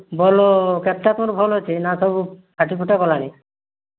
ball ball କେତେଟା ତୁମର ଭଲ ଅଛି ନା ସବୁ ଫାଟି ଫୁଟା ଗଲାଣି